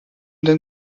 den